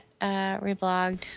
Reblogged